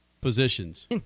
Positions